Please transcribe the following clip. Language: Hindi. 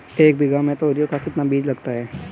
एक बीघा में तोरियां का कितना बीज लगता है?